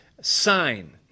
sign